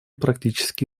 практически